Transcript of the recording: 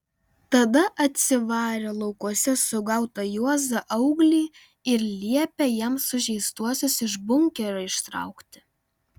tada atsivarė laukuose sugautą juozą auglį ir liepė jam sužeistuosius iš bunkerio ištraukti